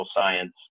science